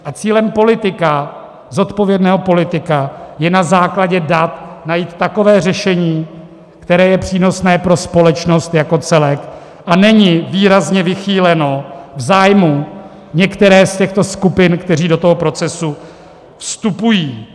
A cílem politika, zodpovědného politika, je na základě dat najít takové řešení, které je přínosné pro společnost jako celek a není výrazně vychýleno v zájmu některé z těchto skupin, které do procesu vstupují.